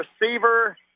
receiver